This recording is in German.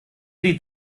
sie